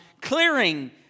clearing